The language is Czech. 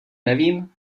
nevím